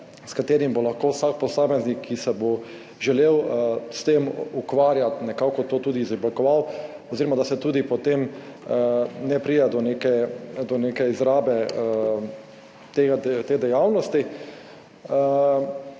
ki ga bo lahko vsak posameznik, ki se bo želel s tem ukvarjati, nekako tudi izoblikoval oziroma da potem ne pride do neke izrabe te dejavnosti.